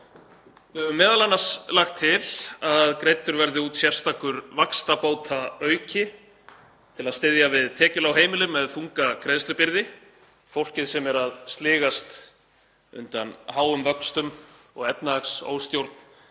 Við höfum m.a. lagt til að greiddur verði út sérstakur vaxtabótaauki til að styðja við tekjulág heimili með þunga greiðslubyrði, fólkið sem er að sligast undan háum vöxtum og efnahagsóstjórn